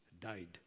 died